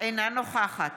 אינה נוכחת